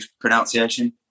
pronunciation